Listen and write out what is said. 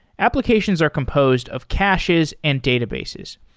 applications are composed of caches and databases.